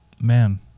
man